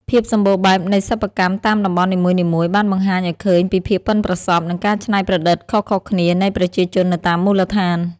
ភាពសម្បូរបែបនៃសិប្បកម្មតាមតំបន់នីមួយៗ បានបង្ហាញឱ្យឃើញពីភាពប៉ិនប្រសប់ និងការច្នៃប្រឌិតខុសៗគ្នានៃប្រជាជននៅតាមមូលដ្ឋាន។